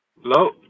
Hello